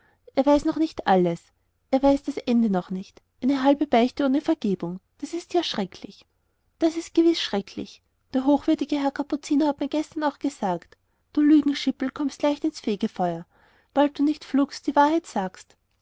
er weiß noch nicht alles er weiß das ende noch nicht eine halbe beichte ohne vergebung das ist ja schrecklich das ist gewiß schrecklich der hochwürdige herr kapuziner hat mir gestern auch gesagt du lugenschippel kommst leicht ins fegfeuer bald du nicht flugs die wahrheit sagst